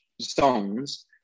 songs